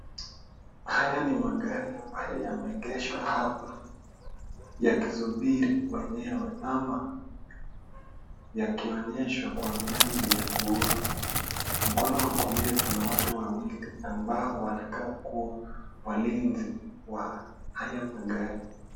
Haya ni magari ambayo yameegeshwa hapa yakisubiri wenyewe ama yakionyeshwa kwa minajili ya kuuzwa. Mkono wa kulia kuna watu wawili ambao wanakaa kuwa walinzi wa hayo magari.